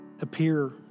appear